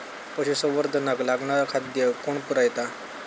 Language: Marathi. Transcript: पशुसंवर्धनाक लागणारा खादय कोण पुरयता?